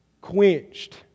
Quenched